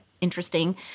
interesting